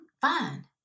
fine